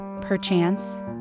Perchance